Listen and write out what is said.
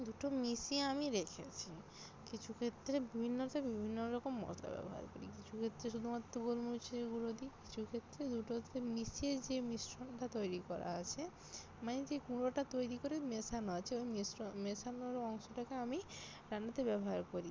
দুটো মিশিয়ে আমি রেখেছি কিছু ক্ষেত্রে বিভিন্নতে বিভিন্ন রকম মশলা ব্যবহার করি কিছু ক্ষেত্রে শুধুমাত্র গোলমরিচের গুঁড়ো দিই কিছু ক্ষেত্রে দুটোতে মিশিয়ে যে মিশ্রণটা তৈরি করা আছে মানে যে গুঁড়োটা তৈরি করে মেশানো আছে ওই মিশ্র মেশানোর অংশটাকে আমি রান্নাতে ব্যবহার করি